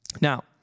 Now